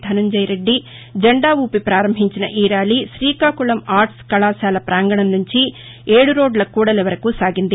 ధనంజయ రెడ్డి జెండా ఊపి పారంభించిన ఈ ర్యాలీ శ్రీకాకుళం ఆర్ట్స్ కళాశాల పాంగణం నుంచి ఏడు రోడ్ల కూడలి వరకు సాగింది